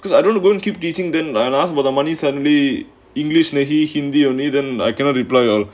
'because I don't wanna go and keep getting then lion asked where the money suddenly english he hindi only then I cannot reply all